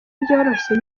byoroshye